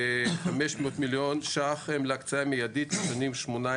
500,000,000 ש"ח להקצאה מידית לשנים 2018,